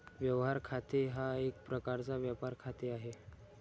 व्यवहार खाते हा एक प्रकारचा व्यापार खाते आहे